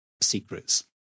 secrets